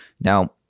now